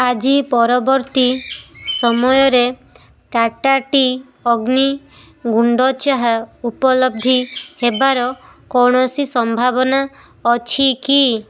ଆଜି ପରବର୍ତ୍ତୀ ସମୟରେ ଟାଟା ଟି ଅଗ୍ନି ଗୁଣ୍ଡ ଚା' ଉପଲବ୍ଧ ହେବାର କୌଣସି ସମ୍ଭାବନା ଅଛି କି